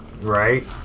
Right